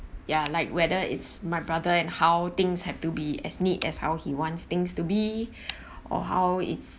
ya like whether it's my brother and how things have to be as neat as how he wants things to be or how it's